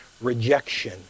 rejection